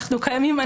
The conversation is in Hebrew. אנחנו קיימים.